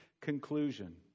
conclusion